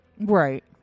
Right